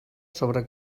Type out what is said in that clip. sobre